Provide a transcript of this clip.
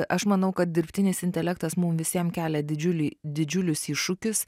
aš manau kad dirbtinis intelektas mum visiems kelia didžiulį didžiulius iššūkius